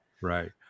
Right